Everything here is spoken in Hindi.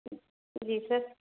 जी सर